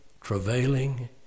travailing